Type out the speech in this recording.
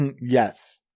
yes